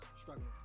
struggling